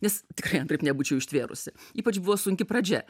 nes tikrai antraip nebūčiau ištvėrusi ypač buvo sunki pradžia